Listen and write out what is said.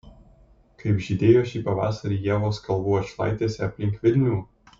kaip žydėjo šį pavasarį ievos kalvų atšlaitėse aplink vilnių